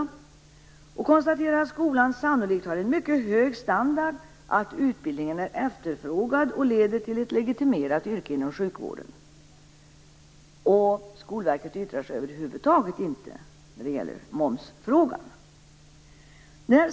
Verket konstaterar också att skolan sannolikt har en mycket hög standard, att utbildningen är efterfrågad och att den leder till ett legitimerad yrke inom sjukvården. Skolverket yttrar sig över huvud taget inte i momsfrågan.